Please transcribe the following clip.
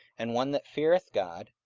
and one that feareth god,